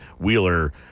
Wheeler